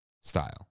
style